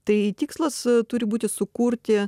tai tikslas turi būti sukurti